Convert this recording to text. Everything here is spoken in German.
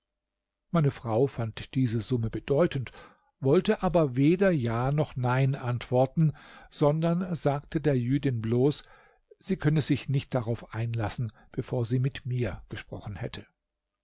meine frau fand diese summe bedeutend wollte aber weder ja noch nein antworten sondern sagte der jüdin bloß sie könne sich nicht darauf einlassen bevor sie mit mir gesprochen hätte